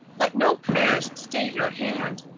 let no prayers stay your hand.